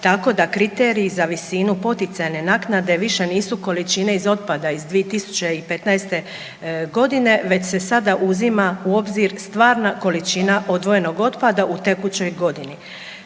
tako da kriteriji za visinu poticajne naknade više nisu količine iz otpada iz 2015. godine već se sada uzima u obzir stvarna količina odvojenog otpada u tekućoj godini.